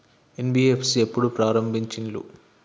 NBFC ఎప్పుడు ప్రారంభించిల్లు?